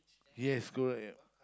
yes go ahead